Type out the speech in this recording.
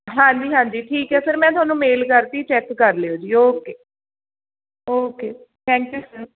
ਹਾਂਜੀ ਹਾਂਜੀ ਠੀਕ ਹੈ ਸਰ ਮੈਂ ਤੁਹਾਨੂੰ ਮੇਲ ਕਰਤੀ ਚੈੱਕ ਕਰ ਲਿਓ ਜੀ okay okay thank you sir